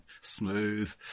Smooth